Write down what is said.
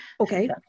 Okay